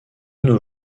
nos